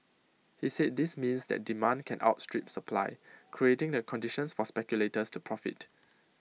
he said this means that demand can outstrip supply creating the conditions for speculators to profit